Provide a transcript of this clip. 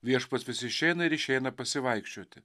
viešpats vis išeina ir išeina pasivaikščioti